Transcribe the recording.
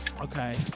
Okay